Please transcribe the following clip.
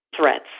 threats